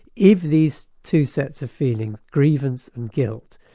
if these two sets of feelings, grievance and guilt,